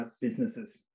businesses